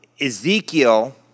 Ezekiel